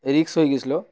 রিক্স হয়ে গিয়েছিল